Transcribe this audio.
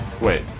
Wait